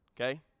Okay